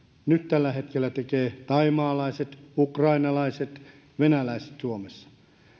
nyt tällä hetkellä tekevät thaimaalaiset ukrainalaiset venäläiset suomessa